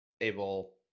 able